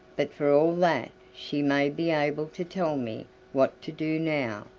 but for all that she may be able to tell me what to do now,